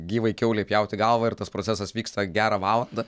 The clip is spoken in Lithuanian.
gyvai kiaulei pjauti galvą ir tas procesas vyksta gerą valandą